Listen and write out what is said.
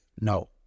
No